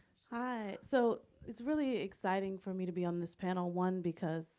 ah so it's really exciting for me to be on this panel. one, because